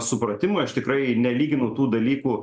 supratimui aš tikrai nelyginu tų dalykų